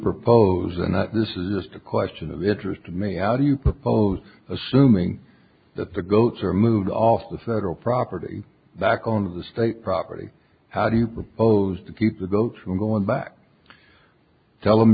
propose and this is just a question of interest to me how do you propose assuming that the goats are moved off the federal property that owned the state property how do you propose to keep the goats from going back tell them